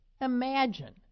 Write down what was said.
imagine